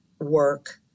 work